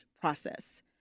process